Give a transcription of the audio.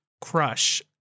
crush